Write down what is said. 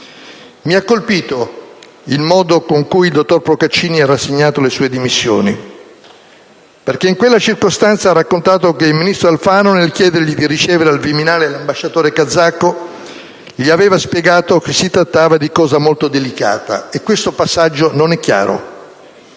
Mi ha colpito il modo con cui il dottor Procaccini ha rassegnato le sue dimissioni perché in quella circostanza ha raccontato che il ministro Alfano, nel chiedergli di ricevere al Viminale l'ambasciatore kazako, gli aveva spiegato che si trattava di cosa molto delicata. E questo passaggio non è chiaro.